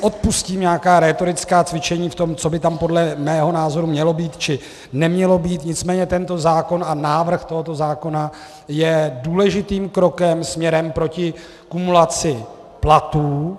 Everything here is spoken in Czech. Odpustím si nějaká rétorická cvičení o tom, co by tam podle mého názoru mělo být či nemělo být, nicméně tento zákon a návrh tohoto zákona je důležitým krokem směrem proti kumulaci platů.